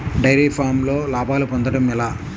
Dairy ఫామ్లో లాభాలు పొందడం ఎలా?